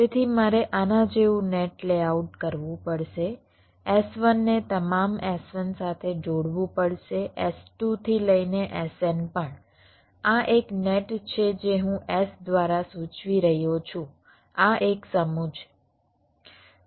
તેથી મારે આના જેવું નેટ લેઆઉટ કરવું પડશે S1 ને તમામ S1 સાથે જોડવું પડશે S2 થી લઇને Sn પણ આ એક નેટ છે જે હું S દ્વારા સૂચવી રહ્યો છું આ એક સમૂહ છે